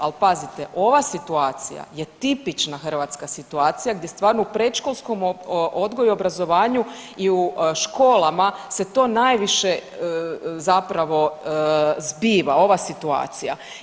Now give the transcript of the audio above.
Ali pazite ova situacija je tipična hrvatska situacija gdje stvarno u predškolskom odgoju i obrazovanju i u školama se to najviše zapravo zbiva ova situacija.